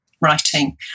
writing